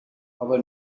our